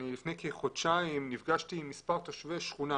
לפני כחודשיים נפגשתי עם מספר תושבי שכונה